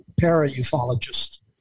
para-ufologist